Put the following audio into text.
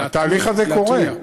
התהליך הזה קורה.